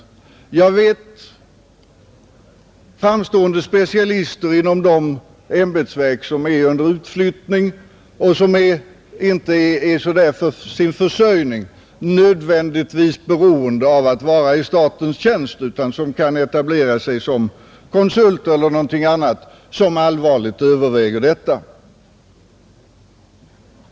Jag känner personligen framstående specialister inom ämbetsverk under utflyttning som inte är för sin försörjning nödvändigtvis beroende av att vara i statens tjänst utan kan etablera sig som konsulter eller någonting annat och som allvarligt överväger detta.